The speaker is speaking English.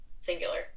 singular